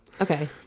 Okay